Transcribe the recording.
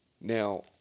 Now